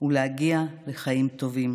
ולהגיע לחיים טובים,